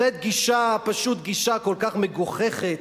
זו פשוט גישה כל כך מגוחכת.